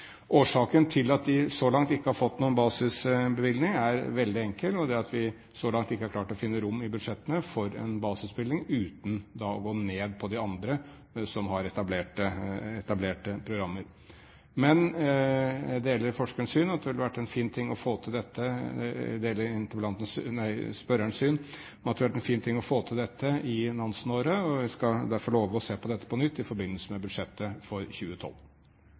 Årsaken til at de så langt ikke har fått noen basisbevilgning, er veldig enkel. Det er at vi så langt ikke har klart å finne rom i budsjettene for en basisbevilgning uten å gå ned på de andre som har etablerte programmer. Men jeg deler spørrerens syn om at det ville vært en fin ting å få til dette i Nansen-året. Jeg skal derfor love å se på dette på nytt i forbindelse med budsjettet for 2012. Jeg takker for svaret, som jeg velger å